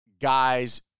guys